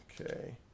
okay